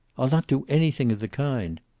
i'll not do anything of the kind.